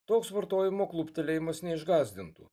toks vartojimo kluptelėjimus neišgąsdintų